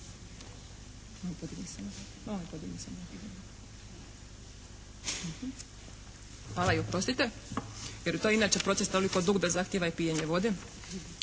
Hvala i oprostite. Jer to je inače proces toliko dug da zahtjeva i pijenje vode.